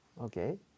Okay